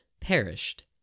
perished